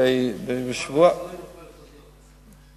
שפעת חזירים הפכה לחזרת.